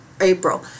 April